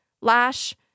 lash